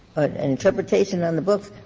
an interpretation on the books,